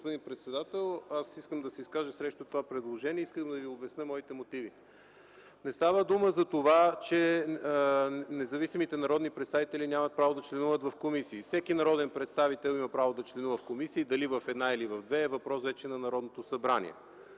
господин председател. Искам да се изкажа срещу това предложение и да обясня своите мотиви. Не става дума за това, че независимите народни представители нямат право да членуват в комисии. Всеки народен представител има право да членува в комисии – дали в една комисия, или в две комисии е въпрос на Народното събрание.